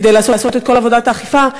כדי לעשות את כל עבודת האכיפה,